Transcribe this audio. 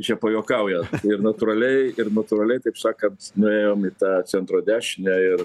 čia pajuokauja ir natūraliai ir natūraliai kaip sakant nuėjom į tą centro dešinę ir